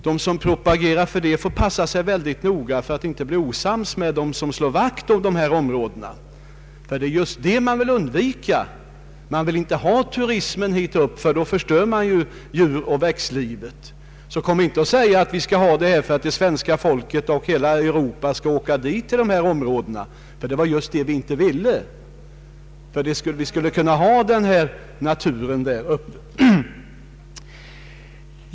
De som propagerar för detta får passa sig mycket noga för att inte bli osams med dem som slår vakt om dessa områden. Man vill inte ha turismen dit upp, ty då förstörs djuroch växtlivet. Kom därför inte och säg att vi skall bevara detta område för att svenska folket och hela Europa skall åka dit, ty det är just det man inte vill.